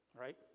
Right